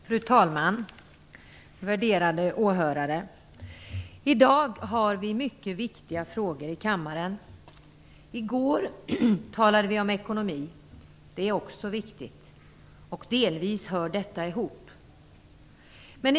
Fru talman! Värderade åhörare! I dag har vi mycket viktiga frågor att debattera i kammaren. I går talade vi om ekonomi. Det är också viktigt. Delvis hör de olika frågorna ihop.